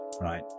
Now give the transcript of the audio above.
Right